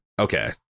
Okay